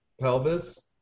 pelvis